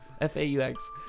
F-A-U-X